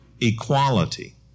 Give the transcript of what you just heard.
equality